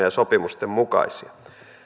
ja sopimusten mukaisia